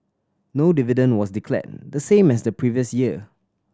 no dividend was declared the same as the previous year